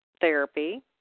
therapy